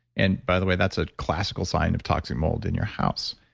and by the way, that's a classical sign of toxic mold in your house.